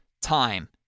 time